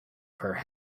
per